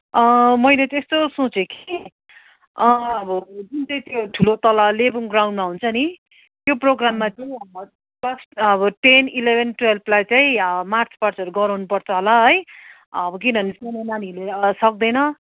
मैले चाहिँ यस्तो सोचेँ कि अब जुन चाहिँ त्यो ठुलो तल लेबुङ ग्राउन्डमा हुन्छ नि त्यो प्रोग्राममा चाहिँ अब टेन इलेभेन ट्वेल्भलाई चाहिँ मार्चपास्टहरू गराउनुपर्छ होला है अब किनभने सानो नानीहरूले सक्दैन